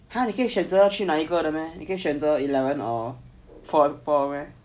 !huh! 你可以选择去哪一个的 meh 你可以选择 eleven or